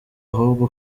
ahubwo